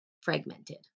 fragmented